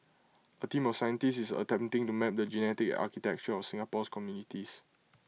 A team of scientists is attempting to map the genetic architecture of Singapore's communities